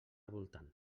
voltant